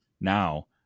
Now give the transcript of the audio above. now